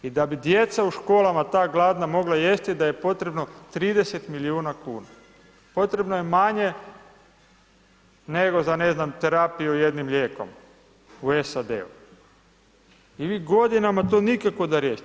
I da bi djeca u školama ta gladna mogla jesti, daj e potrebno 30 milijuna kuna, potrebno je manje nego za ne znam, terapiju jednim lijekom u SAD-u i vi godinama to nikako da riješite.